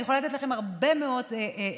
אני יכולה לתת לכם הרבה מאוד נושאים,